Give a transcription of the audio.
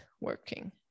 working